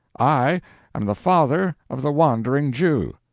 i am the father of the wandering jew.